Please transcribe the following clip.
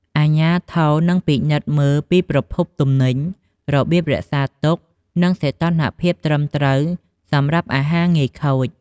អាជ្ញាធរ នឹងពិនិត្យមើលពីប្រភពទំនិញ របៀបរក្សាទុក និងសីតុណ្ហភាពត្រឹមត្រូវសម្រាប់អាហារងាយខូច។